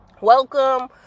welcome